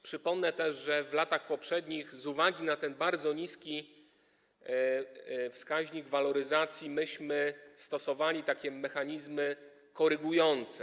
Przypomnę też, że w latach poprzednich z uwagi na ten bardzo niski wskaźnik waloryzacji myśmy stosowali mechanizmy korygujące.